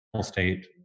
state